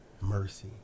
mercy